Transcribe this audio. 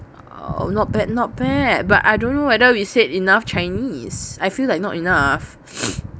oh not bad not bad but I don't know whether we said enough chinese I feel like not enough